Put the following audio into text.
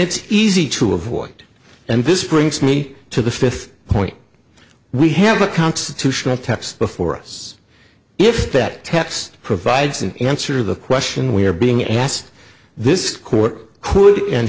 it's easy to avoid and this brings me to the fifth point we have a constitutional text before us if that text provides an answer the question we are being asked this court could and